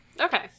Okay